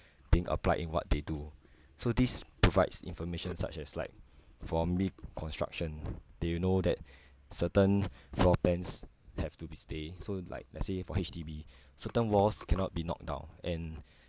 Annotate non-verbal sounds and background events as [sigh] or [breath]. being applied in what they do so this provides information such as like forming construction they'll know that [breath] certain floorplans have to be stay so like let's say for H_D_B certain walls cannot be knocked down and